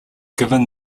given